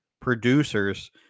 producers